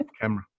camera